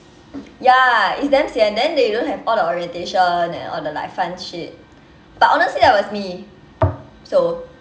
ya it's damn sian then they don't have all the orientation and all the like fun shit but honestly that was me so